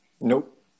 Nope